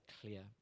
clear